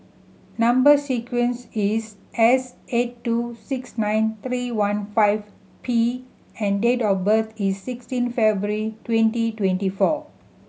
number sequence is S eight two six nine three one five P and date of birth is sixteen February twenty twenty four